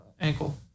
ankle